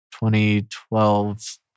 2012